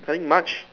nothing much